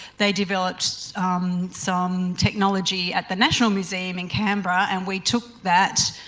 they developed some technology at the national museum in canberra and we took that,